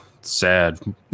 sad